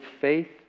faith